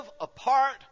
apart